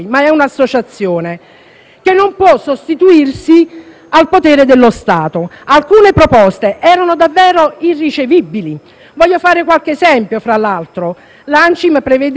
e non può sostituirsi al potere dello Stato. Alcune proposte erano davvero irricevibili. Voglio fare qualche esempio. L'ANCIM chiedeva che